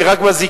היא רק מזיקה,